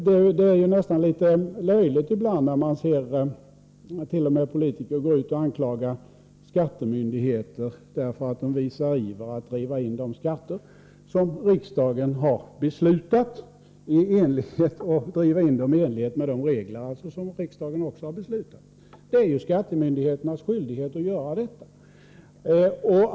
Det är ju nästan litet löjligt ibland när man t.o.m. ser politiker gå ut och anklaga skattemyndigheter för att de visar iver att driva in de skatter som riksdagen har beslutat om, i enlighet med de regler som riksdagen också har beslutat om. Det är ju skattemyndigheternas skyldighet att göra detta.